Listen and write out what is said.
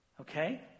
Okay